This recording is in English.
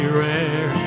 rare